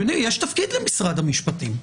יש תפקיד למשרד המשפטים.